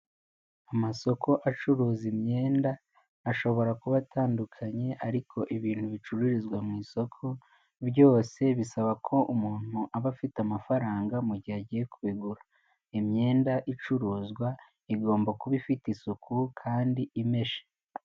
Amasoko acuruza imyenda, ashobora kuba atandukanye ariko ibintu bicururizwa mu isoko byose bisaba ko umuntu aba afite amafaranga mu gihe agiye kubigura, imyenda icuruzwa igomba kuba ifite isuku kandi imeshe.